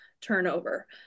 turnover